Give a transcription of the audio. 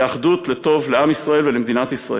לאחדות, לטוב, לעם ישראל ולמדינת ישראל.